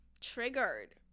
triggered